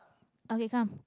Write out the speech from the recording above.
okay come